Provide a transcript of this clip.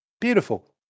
Beautiful